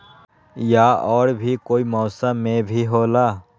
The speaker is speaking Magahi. या और भी कोई मौसम मे भी होला?